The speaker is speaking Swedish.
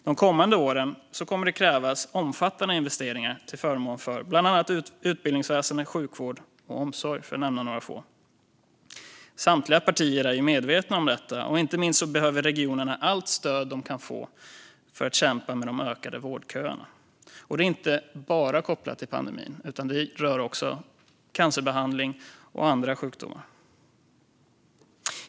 De kommande åren kommer det att krävas omfattande investeringar till förmån för bland annat utbildningsväsen, sjukvård och omsorg, för att nämna några få områden. Samtliga partier är medvetna om detta. Inte minst behöver regionerna allt stöd de kan få för att kämpa med de ökade vårdköerna. Detta är inte bara kopplat till pandemin, utan det rör också behandling av cancer och andra sjukdomar.